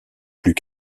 plus